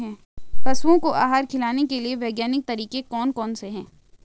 पशुओं को आहार खिलाने के लिए वैज्ञानिक तरीके कौन कौन से हैं?